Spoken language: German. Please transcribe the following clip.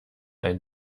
ein